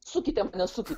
sukite mane sukit